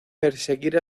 perseguir